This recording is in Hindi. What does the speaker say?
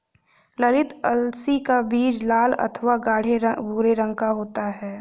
ललीत अलसी का बीज लाल अथवा गाढ़े भूरे रंग का होता है